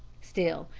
still,